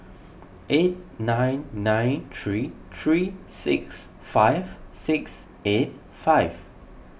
eight nine nine three three six five six eight five